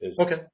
Okay